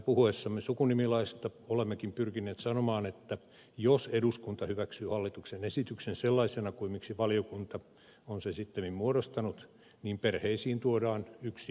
puhuessamme sukunimilaista olemmekin pyrkineet sanomaan että jos eduskunta hyväksyy hallituksen esityksen sellaisena kuin miksi valiokunta on sen sittemmin muodostanut niin perheisiin tuodaan yksi riidanaihe lisää